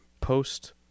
post